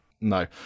No